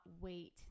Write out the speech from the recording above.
wait